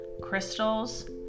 crystals